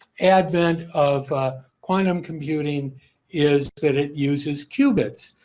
advent of quantum computing is that it uses qubits.